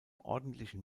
ordentlichen